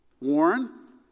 Warren